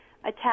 attack